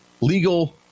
legal